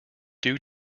due